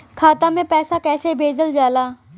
खाता में पैसा कैसे भेजल जाला?